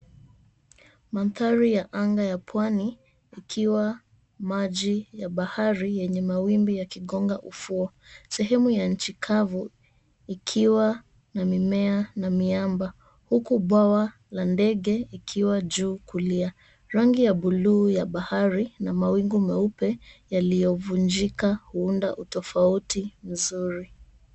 Mandhari ya anga ya pwani ikiwa maji ya bahari yenye mawimbi yakigonga ufuo . Sehemu ya nchi kavu ikiwa na mimea na miamba huku bwawa la ndege ikiwa juu kulia. Rangi ya buluu ya bahari na mawingu meupe yaliyovunjika kuunda utofauti mzuri.